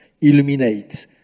illuminate